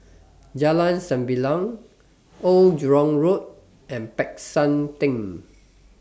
Jalan Sembilang Old Jurong Road and Peck San Theng